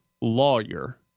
lawyer